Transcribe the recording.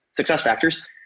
SuccessFactors